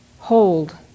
hold